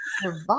survive